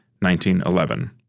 1911